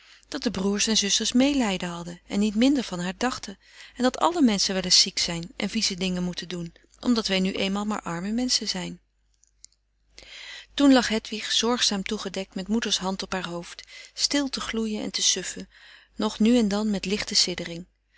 dat de broers en zusters meelijden hadden en niet minder van haar dachten en dat alle menschen wel eens ziek zijn en vieze dingen moeten doen omdat wij nu eenmaal maar arme menschen zijn toen lag hedwig zorgzaam toegedekt met moeders hand op haar hoofd stil te gloeien en te suffen nog nu en dan met lichte siddering